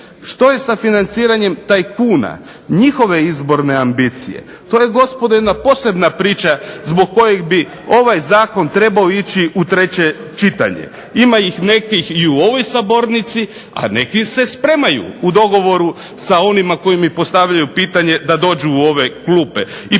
Što je sa financiranjem tajkuna, njihove izborne ambicije, to je gospodo jedna posebna priča zbog koje bi ovaj Zakon trebao ići u 3 čitanje, ima ih nekih u ovoj Sabornici, a neki se spremaju u dogovoru sa onima koji mi postavljaju pitanje da dođu u ove klupe,